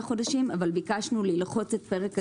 חודשים אבל ביקשנו ללחוץ את פרק הזמן לשישה חודשים.